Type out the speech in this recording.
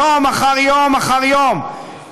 יום אחר יום אחר יום,